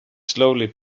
slowly